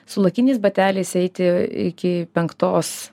su lakiniais bateliais eiti iki penktos